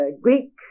Greek